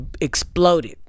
exploded